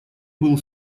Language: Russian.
был